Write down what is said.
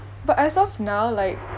but as of now like